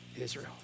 Israel